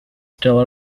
still